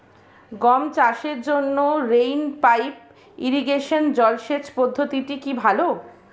গম চাষের জন্য রেইন পাইপ ইরিগেশন জলসেচ পদ্ধতিটি কি ভালো?